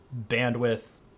bandwidth